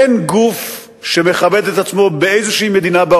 אין גוף שמכבד את עצמו במדינה כלשהי